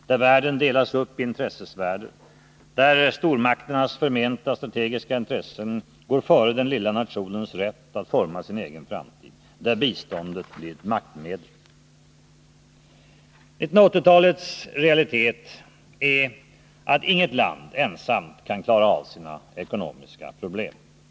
där världen delas upp i intressesfärer, där stormakternas förmenta strategiska intressen går före den lilla nationens rätt att forma sin egen framtid och där biståndet blir ett maktmedel. 1980-talets realitet är att inget land ensamt kan klara av sina ekonomiska problem.